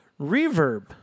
reverb